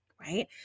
right